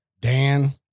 Dan